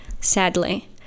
sadly